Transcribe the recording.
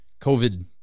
COVID